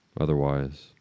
otherwise